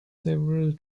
several